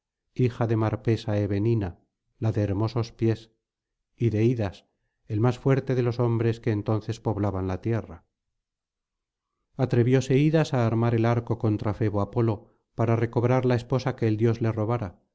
hija de marpesa evenina la de hermosos pies y de idas el más fuerte de los hombres que entonces poblaban la tierra atrevióse idas á armar el arco contra febo apolo para recobrar la esposa que el dios le robara